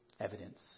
evidence